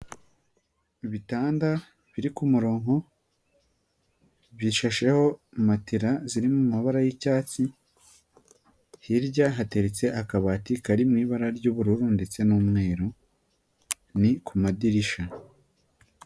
Ibitanda biri ku murongo bishasheho matera ziri mu mabara y'icyatsi, hirya hateretse akabati kari mu ibara ry'ubururu ndetse n'umweru ni ku madirishya.